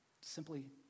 Simply